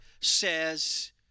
says